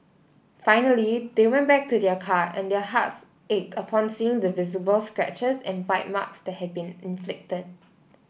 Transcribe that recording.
finally they went back to their car and their hearts ached upon seeing the visible scratches and bite marks that had been inflicted